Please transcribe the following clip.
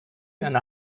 and